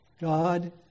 God